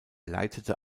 leitete